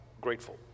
grateful